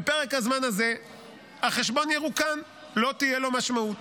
בפרק הזמן הזה החשבון ירוקן, לא תהיה לו משמעות.